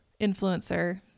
influencer